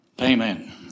Amen